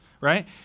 right